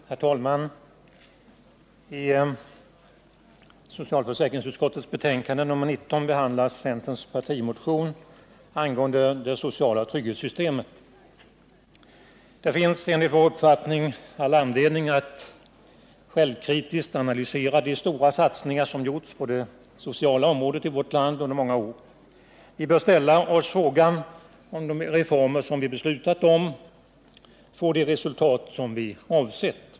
Herr talman! I socialförsäkringsutskottets betänkande nr 19 behandlas centerns partimotion om det sociala trygghetssystemet. Det finns enligt vår uppfattning all anledning att självkritiskt analysera de stora satsningar som gjorts på det sociala området i vårt land under många år. Vi bör ställa oss frågan om de reformer vi beslutat får de resultat som vi avsett.